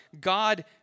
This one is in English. God